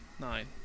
Nine